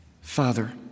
Father